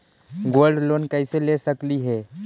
Gold loan कैसे ले सकली हे?